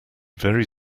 very